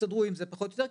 הסתדרו עם זה פחות או יותר,